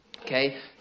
Okay